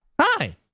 hi